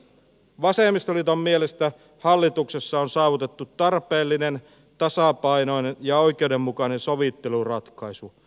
vasemmistoliiton mielestä hallituksessa on saavutettu tarpeellinen tasapainoinen ja oikeudenmukainen sovitteluratkaisu